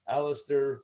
Alistair